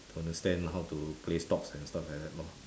to understand how to play stocks and stuff like that lor